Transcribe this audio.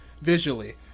visually